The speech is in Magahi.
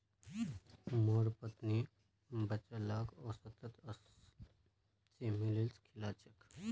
मोर पत्नी बच्चा लाक ओट्सत अलसी मिलइ खिला छेक